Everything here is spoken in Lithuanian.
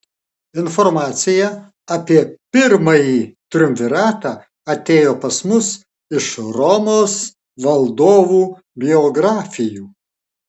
informacija apie pirmąjį triumviratą atėjo pas mus iš romos valdovų biografijų